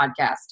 podcast